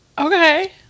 Okay